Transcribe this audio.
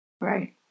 Right